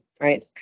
right